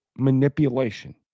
manipulation